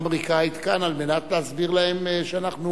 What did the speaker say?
האמריקנית כאן, על מנת להסביר להם שאנחנו